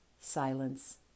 silence